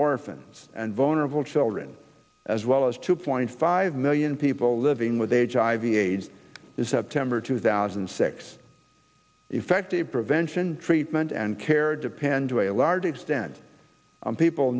orphans and vulnerable children as well as two point five million people living with hiv aids is september two thousand and six effective prevention treatment and care depend to a large extent on people